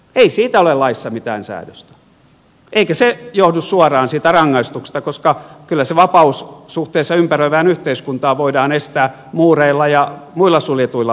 ei siitä ole laissa mitään säädöstä eikä se johdu suoraan siitä rangaistuksesta koska kyllä se vapaus suhteessa ympäröivään yhteiskuntaan voidaan estää muureilla ja muilla suljetuilla ovilla